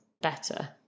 better